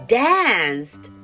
danced